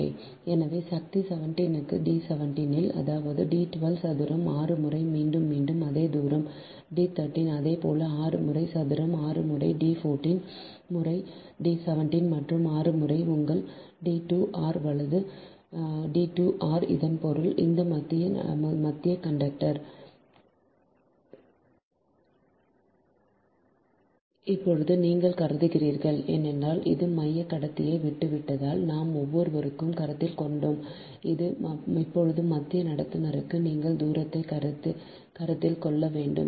எனவே சக்தி 17 க்கு D 17 இல் அதாவது D 12 சதுரம் 6 முறை மீண்டும் மீண்டும் அதே தூரம் D 13 அதே போல் 6 முறை சதுரம் 6 முறை D 14 முறை D 17 முறை 6 முறை உங்கள் D 2 r D 2 r இதன் பொருள் இந்த மத்திய கண்டக்டர் இப்போது நீங்கள் கருதுகிறீர்கள் ஏனெனில் இது மையக் கடத்தியை விட்டுவிட்டதால் நாம் ஒவ்வொருவருக்கும் கருத்தில் கொண்டோம் இப்போது மத்திய நடத்துனருக்கும் நீங்கள் தூரத்தை கருத்தில் கொள்ள வேண்டும்